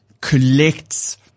collects